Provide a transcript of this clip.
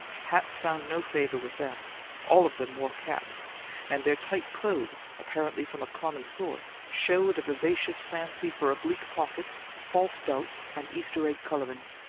hats found no favour with them all of them wore caps and their tight clothes, apparently from a common source, showed a vivacious fancy for oblique pockets, false belts, and easter-egg colourings.